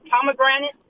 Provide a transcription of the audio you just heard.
pomegranate